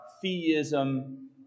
theism